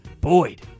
Boyd